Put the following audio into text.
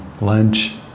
lunch